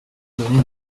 donner